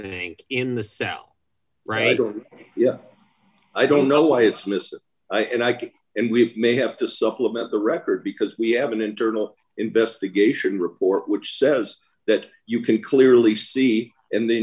think in the cell right oh yeah i don't know why it's missed i can and we may have to supplement the record because we have an internal investigation report which says that you can clearly see in the